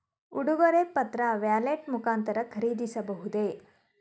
ಉಡುಗೊರೆ ಪತ್ರ ವ್ಯಾಲೆಟ್ ಮುಖಾಂತರ ಖರೀದಿಸಬಹುದೇ?